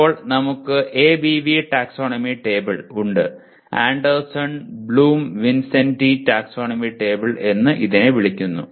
ഇപ്പോൾ നമുക്ക് ABV taxonomy table ഉണ്ട് ആൻഡേഴ്സൺ ബ്ലൂം വിൻസെന്റി ടാക്സോണമി ടേബിൾ എന്ന് ഇതിനെ വിളിക്കുന്നു